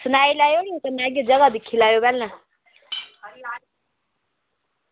सनाई लैओ नी कन्नै जगह दिक्खी लैयो पैह्लें